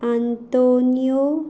Antonio